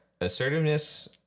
assertiveness